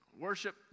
Worship